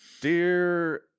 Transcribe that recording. dear